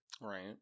Right